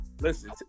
Listen